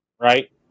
right